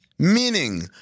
Meaning